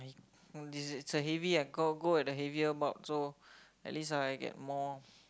this is it's a heavy I go go at a heavier bulk so at least I get more